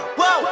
whoa